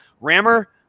Rammer